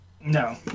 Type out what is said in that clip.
No